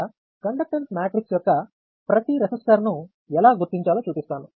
ఇక్కడ conductance matrix యొక్క ప్రతి రెసిస్టర్ ను ఎలా గుర్తించాలో చూపిస్తాను